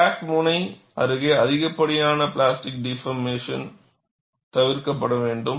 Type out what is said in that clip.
crack முனை அருகே அதிகப்படியான பிளாஸ்டிக் டீஃபார்மேஷன் தவிர்க்கப்பட வேண்டும்